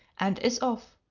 and is off.